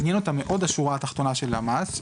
עניין אותם מאוד השורה התחתונה של המס,